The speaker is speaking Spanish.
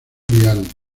vial